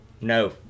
no